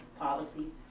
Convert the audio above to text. Policies